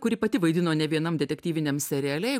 kuri pati vaidino ne vienam detektyviniam seriale